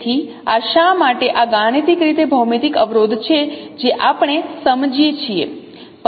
તેથી આ શા માટે આ ગાણિતિક રીતે ભૌમિતિક અવરોધ છે જે આપણે સમજીએ છીએ